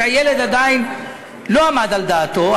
כשהילד עדיין לא עמד על דעתו,